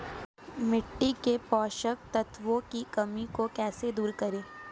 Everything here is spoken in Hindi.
मिट्टी के पोषक तत्वों की कमी को कैसे दूर करें?